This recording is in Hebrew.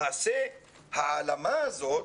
למעשה, העלמה הזאת,